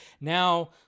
now